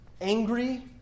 angry